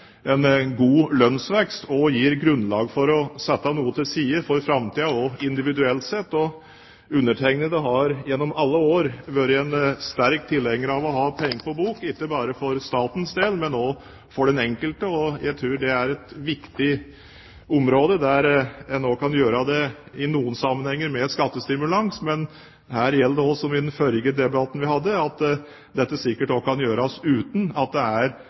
en god lønnsvekst gir grunnlag for å sette noe til side for framtiden, også individuelt. Undertegnede har gjennom alle år vært en sterk tilhenger av å ha penger på bok, ikke bare for statens del, men også for den enkelte. Jeg tror det er et viktig område der det i noen sammenhenger kan gjøres med skattestimulans. Men her gjelder det samme som i den forrige debatten vi hadde, at dette sikkert også kan gjøres uten en særlig annen stimulans enn det